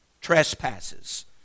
trespasses